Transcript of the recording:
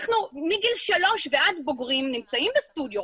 אנחנו מגיל 3 ועד בוגרים נמצאים בסטודיו,